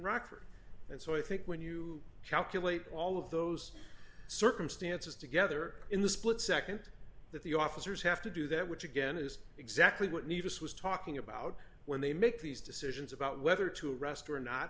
rockford and so i think when you calculate all of those circumstances together in the split nd that the officers have to do that which again is exactly what nevius was talking about when they make these decisions about whether to rest or